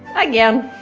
again.